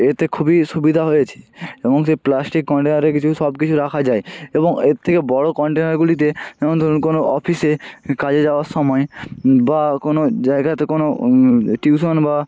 এতে খুবই সুবিধা হয়েছে এবং সেই প্লাস্টিক কনটেনারে কিছু সব কিছু রাখা যায় এবং এর থেকে বড়ো কন্টেনারগুলিতে যেমন ধরুন কোনো অফিসে কাজে যাওয়ার সময় বা কোনো জায়গাতে কোনো টিউশন বা